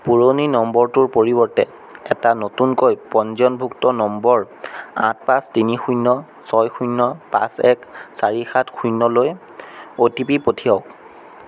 পুৰণি নম্বৰটোৰ পৰিৱৰ্তে এটা নতুনকৈ পঞ্জীয়নভুক্ত নম্বৰ আঠ পাঁচ তিনি শূন্য ছয় শূন্য পাঁচ এক চাৰি সাত শূন্যলৈ অ' টি পি পঠিয়াওক